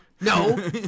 no